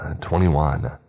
Twenty-one